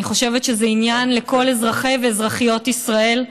אני חושבת שזה עניין לכל אזרחי ואזרחיות ישראל.